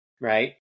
right